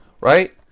Right